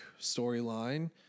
storyline